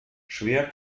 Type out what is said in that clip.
schwer